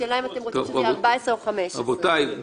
השאלה אם אתם רוצים שזה יהיה 14 או 15. קטין,